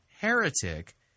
heretic